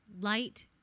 light